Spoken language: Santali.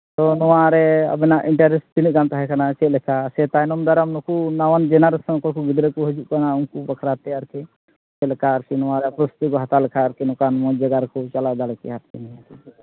ᱛᱚ ᱱᱚᱣᱟ ᱨᱮ ᱟᱵᱮᱱᱟᱜ ᱤᱱᱴᱟᱨᱮᱥᱴ ᱛᱤᱱᱟᱹᱜ ᱜᱟᱱ ᱛᱟᱦᱮᱸᱠᱟᱱᱟ ᱪᱮᱫ ᱞᱮᱠᱟ ᱥᱮ ᱛᱟᱭᱱᱚᱢ ᱫᱟᱨᱟᱢ ᱱᱩᱠᱩ ᱱᱟᱣᱟᱱ ᱡᱮᱱᱟᱨᱮᱥᱚᱱ ᱚᱠᱚᱭ ᱠᱚ ᱜᱤᱫᱽᱨᱟᱹ ᱠᱚ ᱦᱤᱡᱩᱜ ᱠᱟᱱᱟ ᱩᱱᱠᱩ ᱵᱟᱠᱷᱨᱟ ᱛᱮ ᱟᱨᱠᱤ ᱪᱮᱫᱞᱮᱠᱟ ᱟᱨᱠᱤ ᱱᱚᱣᱟ ᱨᱮᱱᱟᱜ ᱯᱨᱚᱥᱛᱩᱛᱤ ᱠᱚ ᱦᱟᱛᱟᱣ ᱞᱮᱠᱷᱟᱱ ᱟᱨᱠᱤ ᱱᱚᱝᱠᱟᱱ ᱚᱱᱟ ᱡᱟᱭᱜᱟ ᱨᱮᱠᱚ ᱪᱟᱞᱟᱣ ᱫᱟᱲᱮ ᱠᱮᱭᱟ ᱟᱨᱠᱤ